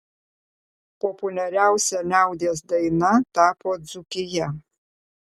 populiariausia liaudies daina tapo dzūkija